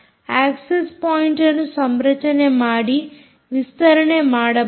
access point ಅನ್ನು ಸಂರಚನೆ ಮಾಡಿ ವಿಸ್ತರಣೆ ಮಾಡಬಹುದು